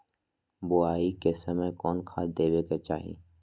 बोआई के समय कौन खाद देवे के चाही?